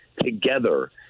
together